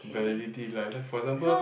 validity like for example